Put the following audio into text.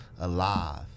alive